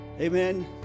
Amen